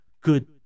good